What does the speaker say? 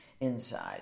inside